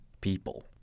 people